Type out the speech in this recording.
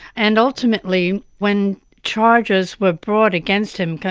and ultimately when charges were brought against him,